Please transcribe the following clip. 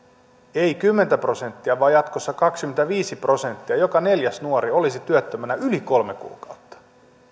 ei kymmenen prosenttia vaan jatkossa kaksikymmentäviisi prosenttia joka neljäs nuori olisi työttömänä yli kolme kuukautta